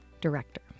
director